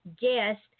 guest